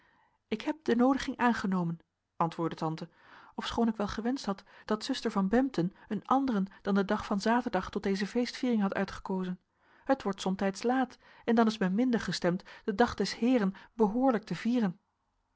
ik heb de noodiging aangenomen antwoordde tante ofschoon ik wel gewenscht had dat zuster van bempden een anderen dan den dag van zaterdag tot deze feestviering had uitgekozen het wordt somtijds laat en dan is men minder gestemd den dag des heeren behoorlijk te vieren